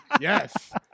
Yes